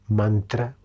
mantra